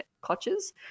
clutches